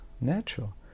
natural